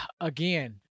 again